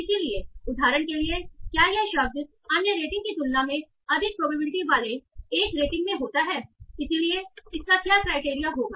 इसलिए उदाहरण के लिए क्या यह शब्द अन्य रेटिंग की तुलना में अधिक प्रोबेबिलिटी वाले एक रेटिंग में होता है इसलिए क्या क्राइटेरिया होगा